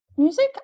music